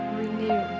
renew